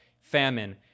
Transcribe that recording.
famine